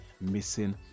missing